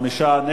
5,